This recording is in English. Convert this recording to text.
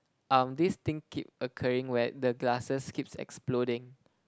um this thing keep occurring where the glasses keeps exploding